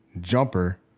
jumper